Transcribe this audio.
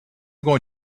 going